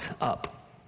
up